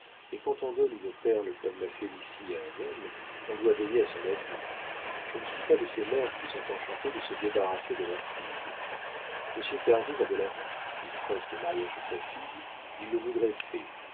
mais quand on donne une perle comme ma félicie à un homme on doit veiller à son avenir je ne suis pas de ces mères qui sont enchantées de se débarrasser de leurs filles monsieur cardot va de l'avant il presse le mariage de sa fille il le voudrait